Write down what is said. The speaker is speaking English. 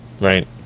right